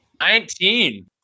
Nineteen